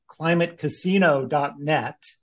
climatecasino.net